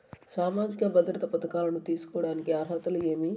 సామాజిక భద్రత పథకాలను తీసుకోడానికి అర్హతలు ఏమి?